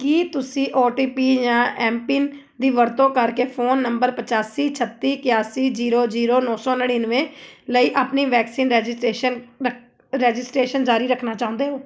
ਕੀ ਤੁਸੀਂ O T P ਜਾਂ MPIN ਦੀ ਵਰਤੋਂ ਕਰਕੇ ਫ਼ੋਨ ਨੰਬਰ ਪਚਾਸੀ ਛੱਤੀ ਇਕਾਸੀ ਜੀਰੋ ਜੀਰੋ ਨੌਂ ਸੌ ਨੜਿਨਵੇਂ ਲਈ ਆਪਣੀ ਵੈਕਸੀਨ ਰੇਜਿਸਟ੍ਰੇਸ਼ਨ ਰੇ ਰੇਜਿਸਟ੍ਰੇਸ਼ਨ ਜਾਰੀ ਰੱਖਣਾ ਚਾਹੁੰਦੇ ਹੋ